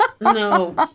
no